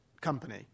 company